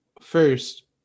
First